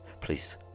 Please